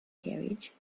carriage